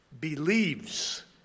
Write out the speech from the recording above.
believes